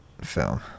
film